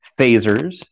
phasers